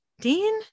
dean